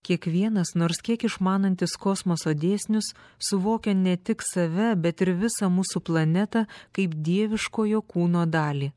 kiekvienas nors kiek išmanantis kosmoso dėsnius suvokia ne tik save bet ir visą mūsų planetą kaip dieviškojo kūno dalį